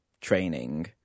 training